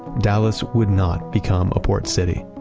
dallas would not become a port city,